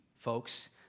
folks